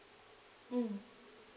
mm